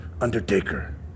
Undertaker